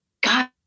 God